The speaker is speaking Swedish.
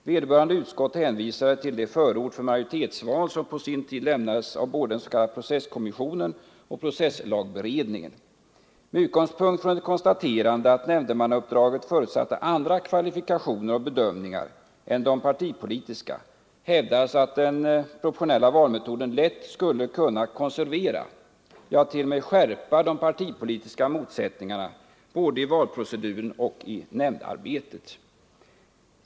Vederbörande utskott hänvisade till det förord för majoritetsval som på sin tid lämnats av både den s.k. processkommissionen och processlagberedningen. Med utgångspunkt från ett konstaterande att nämndemannauppdraget förutsatte andra kvalifikationer och bedömningar än de partipolitiska hävdades att den proportionella valmetoden lätt skulle kunna konservera, ja, t.o.m. skärpa de partipolitiska motsättningarna både i valproceduren och i nämndarbetet.